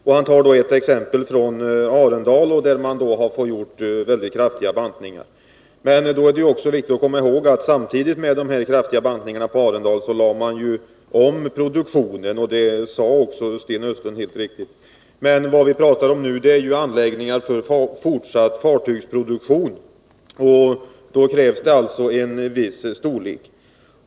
Sten Östlund anför ett exempel från Arendalsvarvet, där man fått göra väldigt kraftiga bantningar. Men då är det viktigt att komma ihåg, att samtidigt med de här kraftiga bantningarna på Arendalsvarvet lade man om produktionen, och det framhöll också Sten Östlund helt riktigt. Men vad diskussionen nu gäller är ju anläggningar för fortsatt fartygsproduktion, och då krävs det alltså en viss storlek.